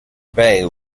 bay